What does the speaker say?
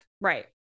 Right